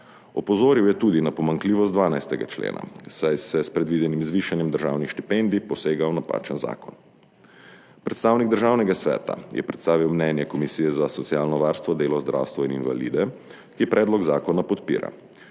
Opozoril je tudi na pomanjkljivost 12. člena, saj se s predvidenim zvišanjem državnih štipendij posega v napačen zakon. Predstavnik Državnega sveta je predstavil mnenje Komisije za socialno varstvo, delo, zdravstvo in invalide, ki predlog zakona podpira.